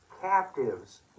captives